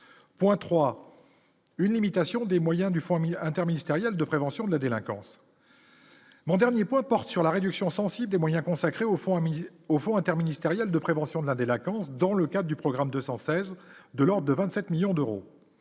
point 3, une limitation des moyens du Fonds amis interministériel de prévention de la délinquance. Bon dernier point porte sur la réduction sensible et moyens consacrés au fond à midi au fonds interministériel de prévention de la délinquance dans le cas du programme 216 de de 27 millions d'euros,